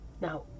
Now